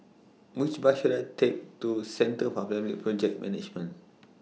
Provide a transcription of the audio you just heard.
Which Bus should I Take to Centre For Public Project Management